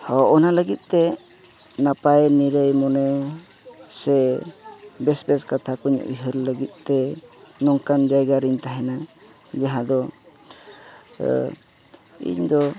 ᱟᱨ ᱚᱱᱟ ᱞᱟᱹᱜᱤᱫᱛᱮ ᱱᱟᱯᱟᱭ ᱱᱤᱨᱟᱹᱭ ᱢᱚᱱᱮ ᱥᱮ ᱵᱮᱥ ᱵᱮᱥ ᱠᱟᱛᱷᱟ ᱠᱚᱧ ᱩᱭᱦᱟᱹᱨ ᱞᱟᱹᱜᱤᱫᱛᱮ ᱱᱚᱝᱠᱟᱱ ᱡᱟᱭᱜᱟ ᱨᱮᱧ ᱛᱟᱦᱮᱱᱟ ᱡᱟᱦᱟᱸ ᱫᱚ ᱤᱧᱫᱚ